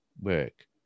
work